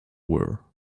were